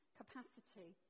capacity